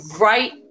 right